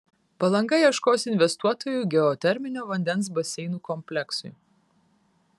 palanga ieškos investuotojų geoterminio vandens baseinų kompleksui